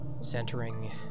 centering